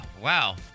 Wow